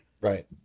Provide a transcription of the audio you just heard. Right